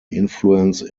influence